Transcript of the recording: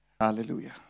Hallelujah